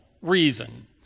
reason